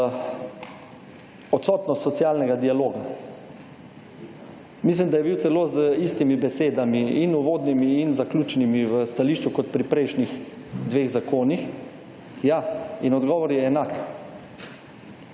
odsotnost socialnega dialoga. Mislim, da je bil celo z istimi besedami, in uvodnimi in zaključnimi, v stališču kot pri prejšnjih dveh zakonih. Ja, in odgovor je enak.